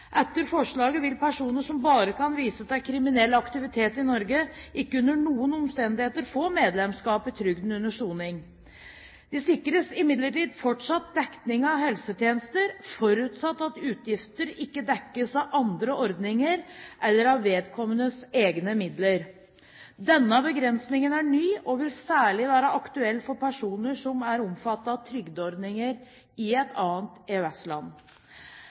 Etter forslaget vil personer som bare kan vise til kriminell aktivitet i Norge, ikke under noen omstendigheter få medlemskap i trygden under soning. De sikres imidlertid fortsatt dekning av helsetjenester, forutsatt at utgifter ikke dekkes av andre ordninger eller av vedkommendes egne midler. Denne begrensningen er ny, og vil særlig være aktuell for personer som er omfattet av trygdeordninger i et annet